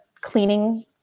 cleaning